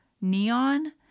neon